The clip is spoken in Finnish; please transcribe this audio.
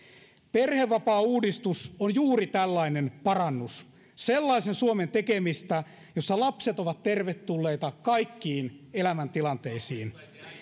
perhevapaauudistus on juuri tällainen parannus sellaisen suomen tekemistä jossa lapset ovat tervetulleita kaikkiin elämäntilanteisiin